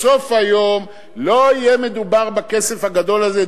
בסוף היום לא יהיה מדובר בכסף הגדול הזה.